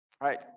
right